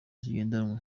zigendanwa